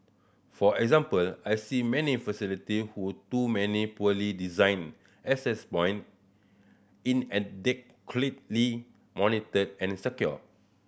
for example I see many facility who too many poorly designed access point inadequately monitored and secured